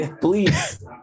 please